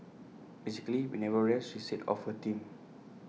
basically we never rest she said of her team